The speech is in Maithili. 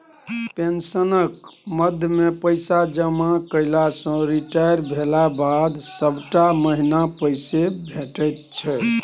पेंशनक मदमे पैसा जमा कएला सँ रिटायर भेलाक बाद सभटा महीना पैसे भेटैत छै